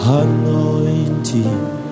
anointing